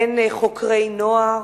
אין חוקרי נוער,